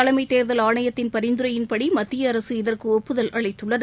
தலைமைத்தேர்தல் ஆணையத்தின் பரிந்துரையின்படி மத்தியஅரசு இதற்குடப்புதல் அளித்துள்ளது